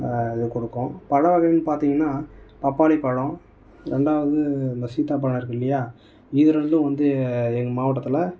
இது கொடுக்கும் பழ வகைகள்னு பார்த்தீங்கனா பப்பாளி பழம் ரெண்டாவது நம்ம சீத்தா பழம் இருக்கில்லையா இது ரெண்டும் வந்து எங்கள் மாவட்டத்தில்